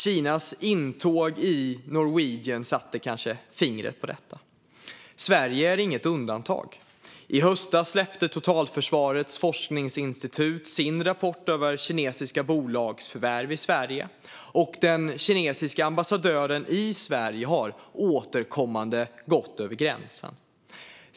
Kinas intåg i Norwegian satte kanske fingret på detta. Sverige är inget undantag. I höstas släppte Totalförsvarets forskningsinstitut sin rapport över kinesiska bolagsförvärv i Sverige, och den kinesiske ambassadören i Sverige har återkommande gått över gränsen.